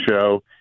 show